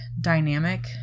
dynamic